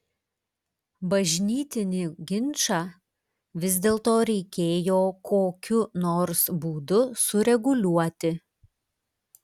bažnytinį ginčą vis dėlto reikėjo kokiu nors būdu sureguliuoti